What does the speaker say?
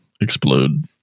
explode